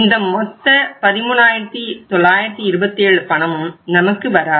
இந்த மொத்த 13927 பணமும் நமக்கு வராது